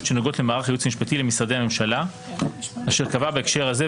שנוגעות למערך הייעוץ המשפטי למשרדי הממשלה אשר קבע בהקשר הזה,